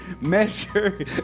Measure